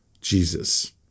Jesus